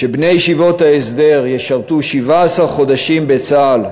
שבני ישיבות ההסדר ישרתו 17 חודשים בצה"ל,